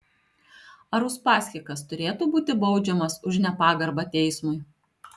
ar uspaskichas turėtų būti baudžiamas už nepagarbą teismui